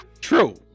true